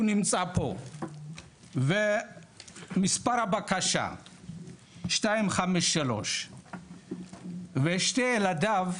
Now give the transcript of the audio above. הוא נמצא פה ומספר הבקשה 253 ושני ילדיו,